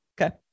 Okay